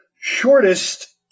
shortest